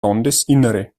landesinnere